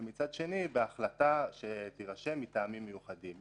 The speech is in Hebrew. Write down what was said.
מצד שני בהחלטה שתירשם מטעמים מיוחדים.